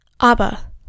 Abba